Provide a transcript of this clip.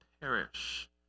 perish